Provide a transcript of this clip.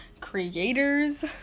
creators